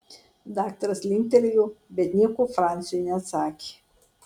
daktaras linktelėjo bet nieko franciui neatsakė